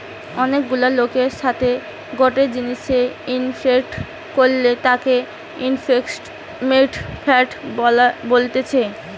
অনেক গুলা লোকের সাথে গটে জিনিসে ইনভেস্ট করলে তাকে ইনভেস্টমেন্ট ফান্ড বলতেছে